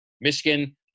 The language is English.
Michigan